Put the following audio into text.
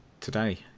today